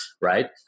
right